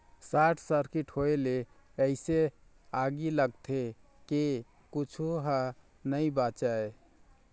short circuit होए ले अइसे आगी लगथे के कुछू ह नइ बाचय